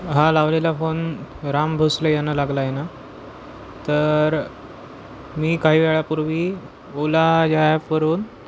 हा लावलेला फोन राम भोसले यांना लागला आहे ना तर मी काही वेळापूर्वी ओला या ॲपवरून